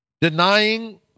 denying